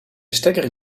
stekker